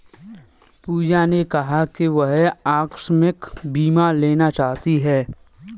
पूजा ने कहा कि वह आकस्मिक बीमा लेना चाहती है